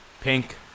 Pink